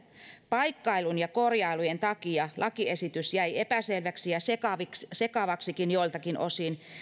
paikkailun ja korjailujen takia lakiesitys jäi epäselväksi ja sekavaksikin sekavaksikin joiltakin osin